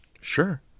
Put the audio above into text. sure